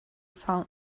found